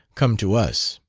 come to us.